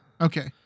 Okay